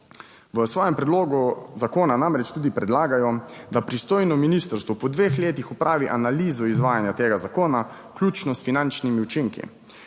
V svojem predlogu zakona namreč tudi predlagajo, da pristojno ministrstvo po dveh letih opravi analizo izvajanja tega zakona, vključno s finančnimi učinki.